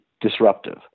disruptive